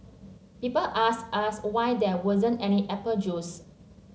people asked us why there wasn't any apple juice